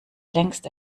längst